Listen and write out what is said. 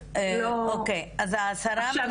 עכשיו,